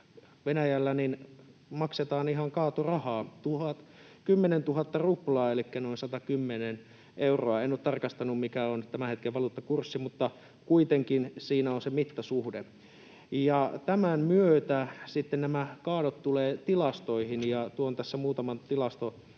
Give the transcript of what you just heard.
Venäjällä maksetaan ihan kaatorahaa 10 000 ruplaa elikkä noin 110 euroa. En ole tarkastanut, mikä on tämän hetken valuuttakurssi, mutta kuitenkin siinä on se mittasuhde. Tämän myötä sitten nämä kaadot tulevat tilastoihin, ja tuon tässä muutaman tilastotiedon